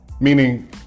Meaning